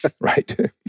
Right